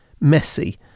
messy